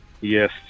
Yes